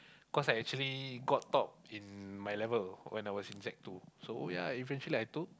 cause I actually got top in my level when I was in sec two so ya eventually I took